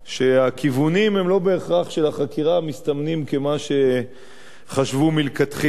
שהכיוונים של החקירה לא בהכרח מסתמנים כמה שחשבו מלכתחילה,